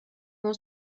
uno